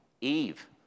Eve